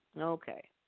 Okay